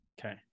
Okay